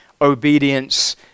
obedience